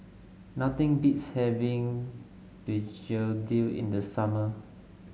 nothing beats having Begedil in the summer